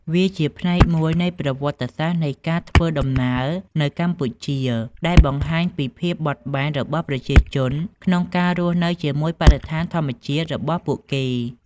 វាជាផ្នែកមួយនៃប្រវត្តិសាស្ត្រនៃការធ្វើដំណើរនៅកម្ពុជាដែលបង្ហាញពីភាពបត់បែនរបស់ប្រជាជនក្នុងការរស់នៅជាមួយបរិស្ថានធម្មជាតិរបស់ពួកគេ។